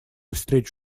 встреч